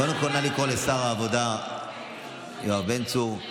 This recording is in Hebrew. קודם כול, נא לקרוא לשר העבודה יואב בן צור.